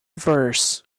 verse